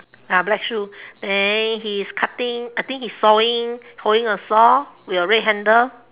uh black shoe then he is cutting I think he is sawing holding a saw with a red handle